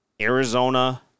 Arizona